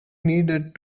needed